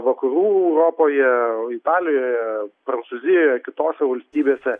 vakarų europoje italijoje prancūzijoje kitose valstybėse